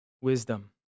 wisdom